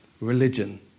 religion